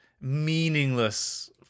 meaningless